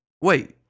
Wait